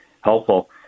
helpful